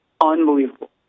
unbelievable